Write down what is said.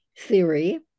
theory